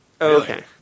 Okay